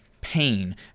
pain